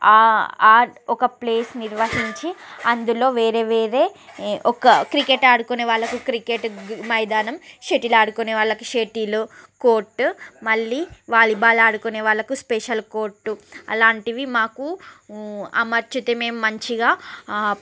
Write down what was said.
ఆ ఒక ప్లేస్ నిర్వహించి అందులో వేరే వేరే ఒక క్రికెట్ ఆడుకునే వాళ్ళకు క్రికెట్ మైదానం షటిల్ ఆడుకునే వాళ్ళకు షటిల్లు కోర్టు మళ్ళీ వాలిబాల్ ఆడుకునే వాళ్ళకు స్పెషల్ కోర్టు అలాంటివి మాకు ఊ అమర్చితే మేము మంచిగా